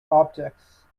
objects